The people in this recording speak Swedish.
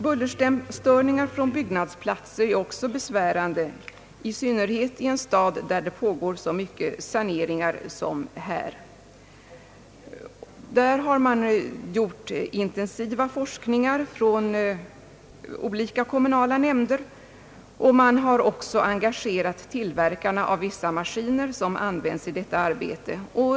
Bullerstörningar från byggnadsplatser är också störande, i synnerhet i en stad där det pågår så mycket saneringsarbeten som här. Därvidlag har man bedrivit intensiva forskningar inom olika kommunala nämnder, och man har också engagerat tillverkarna av vissa maskiner som används i detta arbete.